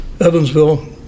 Evansville